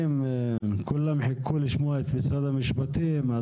כולם חיכו לשמוע את משרד המשפטים.